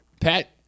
Pat